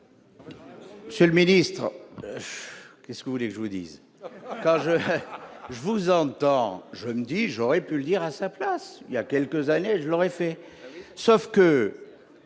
Seul ministre qu'est-ce que vous voulez que je vous dise quand je vous entends, je me dis : j'aurais pu le dire à sa place, il y a quelques années, je l'aurais fait sauf que